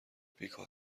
بیکار